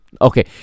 okay